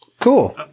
Cool